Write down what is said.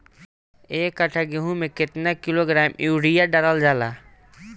एक कट्टा गोहूँ में केतना किलोग्राम यूरिया डालल जाला?